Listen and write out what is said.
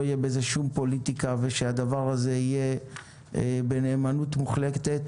תהיה בזה שום פוליטיקה וכי הדבר הזה יהיה בנאמנות מוחלטת.